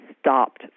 stopped